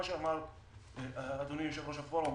מה שאמר ג'בר חמוד יושב-ראש הפורום,